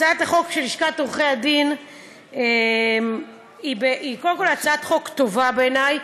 הצעת החוק של לשכת עורכי-הדין היא קודם כול הצעת חוק טובה בעיני.